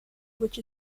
which